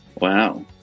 Wow